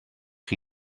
chi